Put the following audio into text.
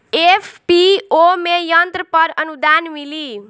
FPO में यंत्र पर आनुदान मिँली?